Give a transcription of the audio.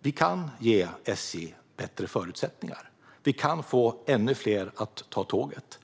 Vi kan ge SJ bättre förutsättningar. Vi kan få ännu fler att ta tåget.